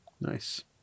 Nice